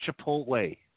Chipotle